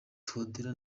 touadera